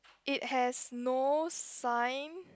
it has no sign